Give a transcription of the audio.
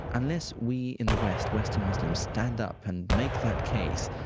unless we in the west, western muslims, stand up and make that case,